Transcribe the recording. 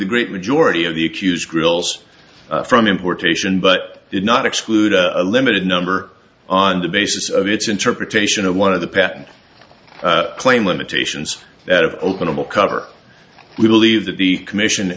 the great majority of the accused grills from importation but did not exclude a limited number on the basis of its interpretation of one of the patent claim limitations that of openable cover we believe that the commission